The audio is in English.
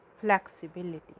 flexibility